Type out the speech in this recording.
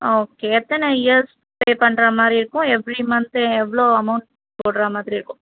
okay எத்தனை years pay பண்ணுறா மாதிரி இருக்கும் எவ்ரி மந்த்து எவ்வளோ அமௌண்ட் போடுறா மாதிரி இருக்கும்